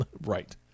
Right